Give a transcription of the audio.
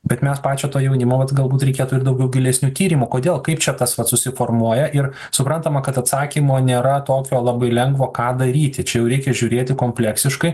bet mes pačio to jaunimo vat galbūt reikėtų ir daugiau gilesnių tyrimų kodėl kaip čia tas vat susiformuoja ir suprantama kad atsakymo nėra tokio labai lengvo ką daryti čia jau reikia žiūrėti kompleksiškai